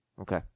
Okay